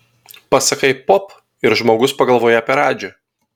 pasakai pop ir žmogus pagalvoja apie radžį